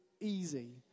easy